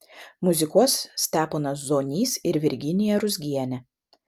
muzikuos steponas zonys ir virginija ruzgienė